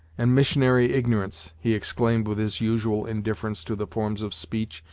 and missionary ignorance, he exclaimed, with his usual indifference to the forms of speech,